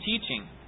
teaching